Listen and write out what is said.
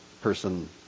person